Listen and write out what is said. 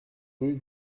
rue